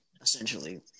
essentially